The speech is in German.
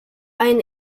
ein